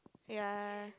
ya